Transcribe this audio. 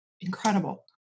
incredible